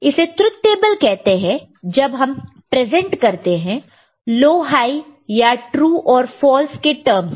इसे truth table कहते हैं जब हम प्रजेंट करते हैं लो हाई या ट्रू और फॉल्स के टर्मस में